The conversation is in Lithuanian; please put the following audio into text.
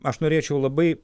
aš norėčiau labai